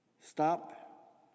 Stop